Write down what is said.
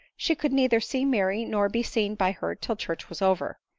she could neither see mary nor be seen by her till church was over.